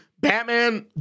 Batman